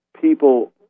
people